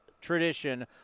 Tradition